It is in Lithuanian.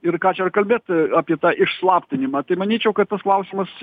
ir ką čia kalbėt apie tą išslaptinimą tai manyčiau kad tas klausimas